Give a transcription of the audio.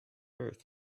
earth